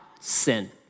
sin